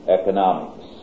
economics